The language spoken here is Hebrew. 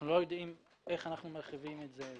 אנחנו לא יודעים איך אנחנו מרחיבים את זה,